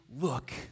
look